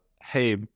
hey